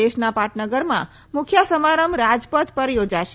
દેશના પાટનગરમાં મુખ્ય સમારંભ રાજપથ પર યોજાશે